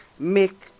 make